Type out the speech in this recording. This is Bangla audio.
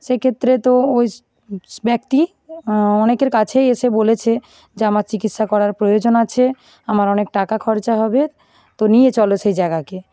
সেক্ষেত্রে তো ওই ব্যক্তি অনেকের কাছেই এসে বলেছে যে আমার চিকিৎসা করার প্রয়োজন আছে আমার অনেক টাকা খরচা হবে তো নিয়ে চলো সেই জায়গাকে